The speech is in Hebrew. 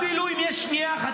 אפילו אם יש שנייה אחת,